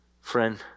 friend